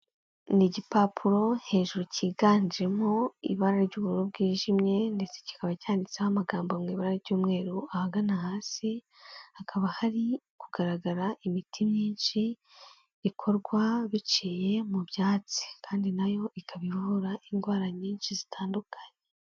Ni igipapuro hejuru cyiganjemo ibara ry'ubururu bwijimye ndetse kikaba cyanditseho amagambo mu ibara ry'umweru ahagana hasi, hakaba hari kugaragara imiti myinshi ikorwa biciye mu byatsi kandi na yo ikaba ivura indwara nyinshi zitandukanye.